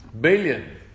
Billion